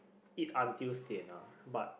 eat until sian ah but